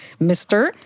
Mr